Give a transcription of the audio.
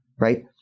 Right